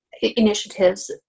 initiatives